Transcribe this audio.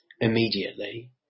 immediately